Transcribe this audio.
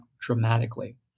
dramatically